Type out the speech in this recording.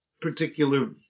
particular